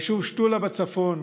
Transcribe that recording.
היישוב שתולה בצפון,